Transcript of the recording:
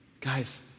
guys